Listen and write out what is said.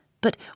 but